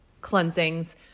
cleansings